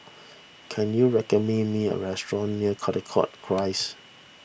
can you recommend me a restaurant near Caldecott Close